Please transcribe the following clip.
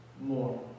more